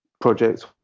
projects